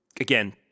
Again